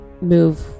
move